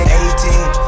eighteen